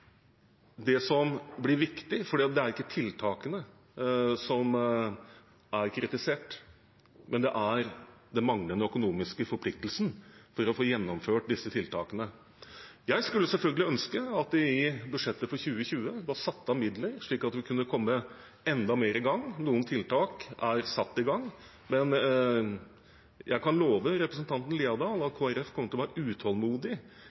at dette blir viktig, for det er ikke tiltakene som er kritisert, men den manglende økonomiske forpliktelsen for å få gjennomført disse tiltakene. Jeg skulle selvfølgelig ønske at det i budsjettet for 2020 var satt av midler slik at vi kunne komme enda mer i gang. Noen tiltak er satt i gang, men jeg kan love representanten Haukeland Liadal at Kristelig Folkeparti kommer til å være